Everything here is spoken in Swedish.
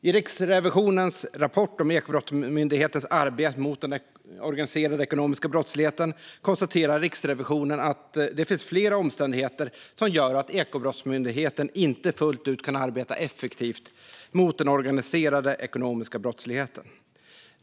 I sin rapport om Ekobrottsmyndighetens arbete mot den organiserade ekonomiska brottsligheten konstaterar Riksrevisionen att det finns flera omständigheter som gör att Ekobrottsmyndigheten inte fullt ut kan arbeta effektivt mot den organiserade ekonomiska brottsligheten.